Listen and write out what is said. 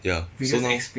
ya so now